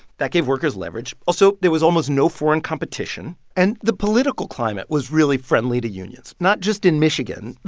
that gave workers leverage also, there was almost no foreign competition. and the political climate was really friendly to unions, not just in michigan.